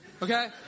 Okay